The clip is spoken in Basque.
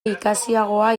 ikasiagoa